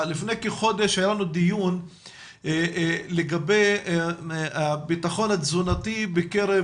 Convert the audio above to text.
לפני כחודש היה לנו דיון לגבי הביטחון התזונתי בקרב